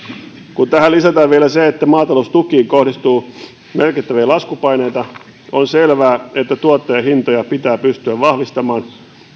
kun tähän lisätään vielä se että maataloustukiin kohdistuu merkittäviä laskupaineita on selvää että tuottajahintoja pitää pystyä vahvistamaan